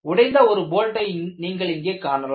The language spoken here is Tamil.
உடைந்த ஒரு போல்டை நீங்கள் இங்கே பார்க்கலாம்